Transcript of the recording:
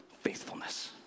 Faithfulness